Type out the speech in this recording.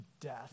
death